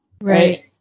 Right